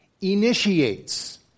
initiates